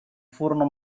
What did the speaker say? furono